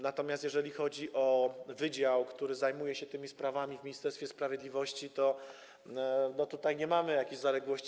Natomiast jeżeli chodzi o wydział, który zajmuje się tymi sprawami w Ministerstwie Sprawiedliwości, to tutaj nie mamy jakichś zaległości.